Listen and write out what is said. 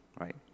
right